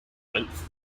length